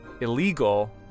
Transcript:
illegal